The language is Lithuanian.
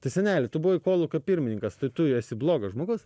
tai seneli tu buvai kolūkio pirmininkas tai tu esi blogas žmogus